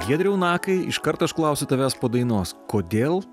giedriau nakai iškart aš klausiu tavęs po dainos kodėl